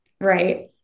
right